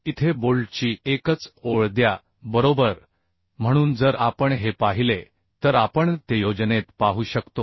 इथे बोल्टची एकच ओळ द्या बरोबर म्हणून जर आपण हे पाहिले तर आपण ते योजनेत पाहू शकतो